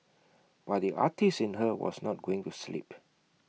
but the artist in her was not going to sleep